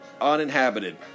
uninhabited